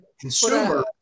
Consumer